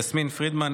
יסמין פרידמן,